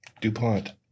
DuPont